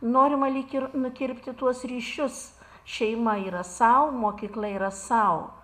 norima lyg ir nukirpti tuos ryšius šeima yra sau mokykla yra sau